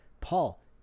Paul